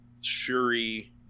Shuri